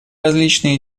различные